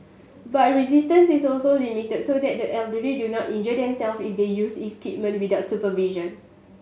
but resistance is also limited so that the elderly do not injure themself if they use equipment without supervision